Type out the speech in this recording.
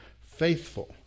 faithful